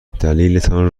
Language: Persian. دلیلتان